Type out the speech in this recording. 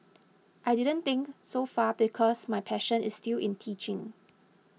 I didn't think so far because my passion is still in teaching